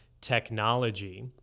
technology